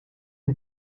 het